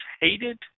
hated